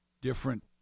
different